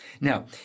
Now